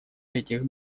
этих